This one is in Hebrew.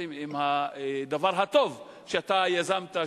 שעושים עם הדבר הטוב שאתה יזמת,